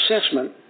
assessment